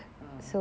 ah